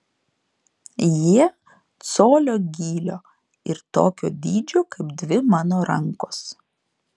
jie colio gylio ir tokio dydžio kaip dvi mano rankos